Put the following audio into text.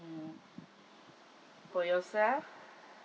mm for yourself